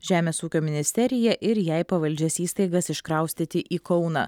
žemės ūkio ministeriją ir jai pavaldžias įstaigas iškraustyti į kauną